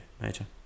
major